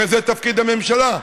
הרי זה תפקיד הממשלה,